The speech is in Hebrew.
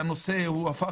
אני מבקש